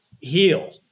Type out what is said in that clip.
heal